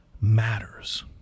matters